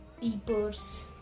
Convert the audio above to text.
peepers